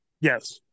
Yes